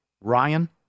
Ryan